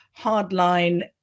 hardline